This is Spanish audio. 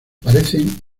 parecen